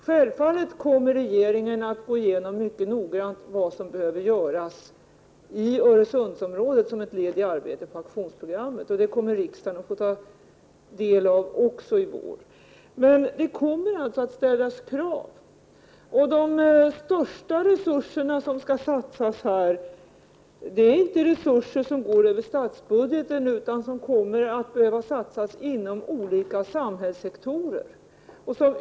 Självfallet kommer regeringen att mycket noggrant gå igenom vad som behöver göras i Öresundsområdet som ett led i arbetet med aktionsprogrammet. Riksdagen kommer i vår att få ta del de insatser som krävs. Det kommer emellertid att ställas krav. De största resurserna som skall satsas går inte över statsbudgeten, utan de kommer att behöva satsas inom olika samhällssektorer.